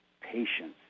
patience